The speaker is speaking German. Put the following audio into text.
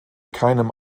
keinem